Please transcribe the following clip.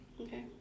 Okay